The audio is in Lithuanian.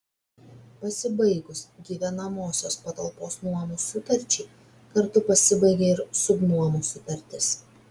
pasibaigus gyvenamosios patalpos nuomos sutarčiai kartu pasibaigia ir subnuomos sutartis